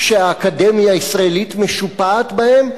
שהאקדמיה הישראלית משופעת בהם,